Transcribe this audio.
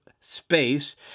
space